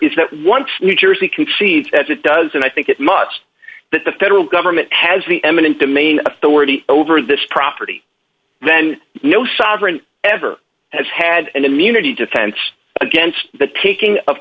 is that once new jersey concedes as it does and i think it must that the federal government has the eminent domain authority over this property then no sovereign ever has had an immunity defense against the taking of